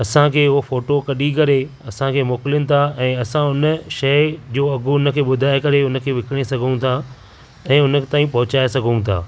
असां खे हो फोटो कॾी करे असां खे मोकिलिनि था ऐं असां उन शइ जो अघु उन खे बुधाइ करे उन खे विकणे सघूं था ऐं हुन ताईं पहुचाए सघूं था